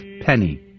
penny